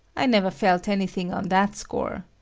i never felt anything on that score.